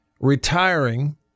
Retiring